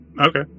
Okay